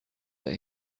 that